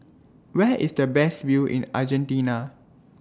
Where IS The Best View in Argentina